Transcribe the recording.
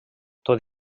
tot